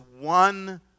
one